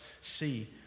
see